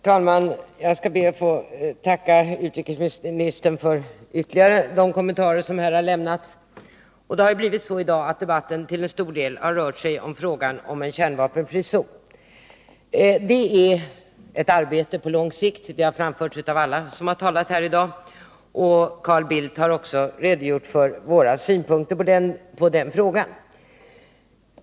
rande i det inter Herr talman! Jag ber att få tacka utrikesministern för de ytterligare nationella nedrustkommentarer som här har lämnats. ningsarbetet Det har blivit så att debatten i dag till stor del har rört sig om frågan om en kärnvapenfri zon. Att åstadkomma en sådan är ett arbete på lång sikt, vilket har framförts av alla som har talat här i dag, och Carl Bildt har redogjort för våra synpunkter på den frågan.